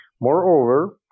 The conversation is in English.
Moreover